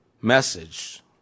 message